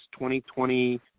2020